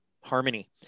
harmony